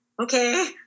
okay